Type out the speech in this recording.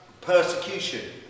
persecution